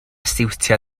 siwtio